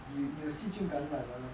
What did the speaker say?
you 你有细菌感染 ah